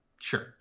sure